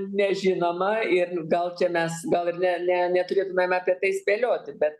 nežinoma ir gal čia mes gal ir ne ne neturėtumėme apie tai spėlioti bet